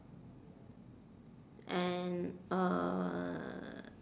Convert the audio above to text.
and uhh